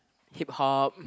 Hip-Hop